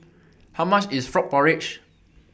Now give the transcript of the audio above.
How much IS Frog Porridge